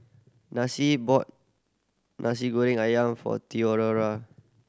Nasi bought Nasi Goreng Ayam for Theofora